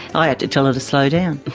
i had to tell her to slow down.